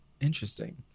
Interesting